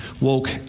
woke